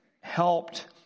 helped